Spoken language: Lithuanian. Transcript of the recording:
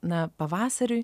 na pavasariui